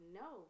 no